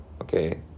Okay